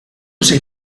sei